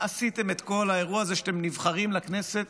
עשיתם את כל האירוע הזה שאתם נבחרים לכנסת